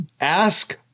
ask